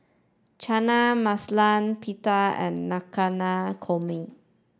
Chana Masala Pita and Korma